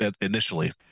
initially